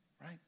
Right